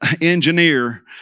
engineer